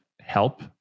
help